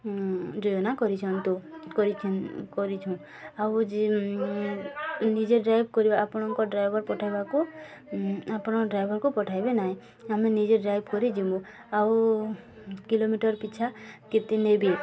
ଯୋଜନା କରିଛନ୍ତୁ କରିଛୁଁ ଆଉ ଯେ ନିଜେ ଡ୍ରାଇଭ କରିବା ଆପଣଙ୍କ ଡ୍ରାଇଭର ପଠାଇବାକୁ ଆପଣଙ୍କ ଡ୍ରାଇଭରକୁ ପଠାଇବେ ନାହିଁ ଆମେ ନିଜେ ଡ୍ରାଇଭ କରି ଯିମୁ ଆଉ କିଲୋମିଟର ପିଛା କେତେ ନେବି